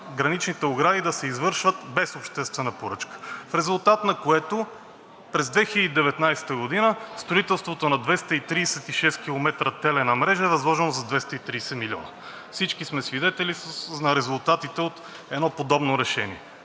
граничните огради да се извършват без обществена поръчка, в резултат на което през 2019 г. строителството на 236 км телена мрежа е възложено за 230 милиона. Всички сме свидетели на резултатите от едно подобно решение;